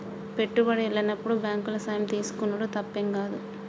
పెట్టుబడి ఎల్లనప్పుడు బాంకుల సాయం తీసుకునుడు తప్పేం గాదు